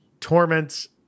torments